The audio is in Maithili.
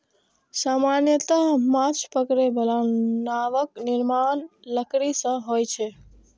सामान्यतः माछ पकड़ै बला नावक निर्माण लकड़ी सं होइ छै